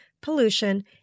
pollution